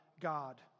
God